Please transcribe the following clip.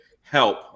help